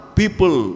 people